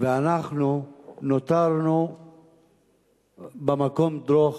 ואנחנו נותרנו "במקום דרוך",